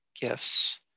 gifts